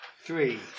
Three